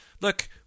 look